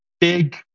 big